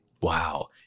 Wow